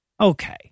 okay